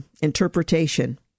interpretation